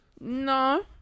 No